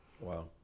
Wow